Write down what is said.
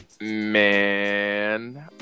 man